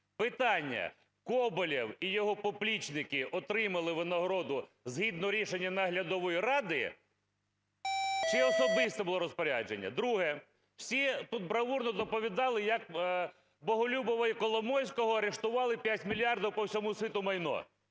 Питання: Коболєв і його поплічники отримали винагороду згідно рішення наглядової ради чи особисте було розпорядження? Друге. Всі тут бравурно доповідали, як Боголюбова і Коломойського арештували 5 мільярдів по всьому світу майно.